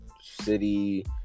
city